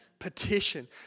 petition